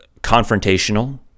confrontational—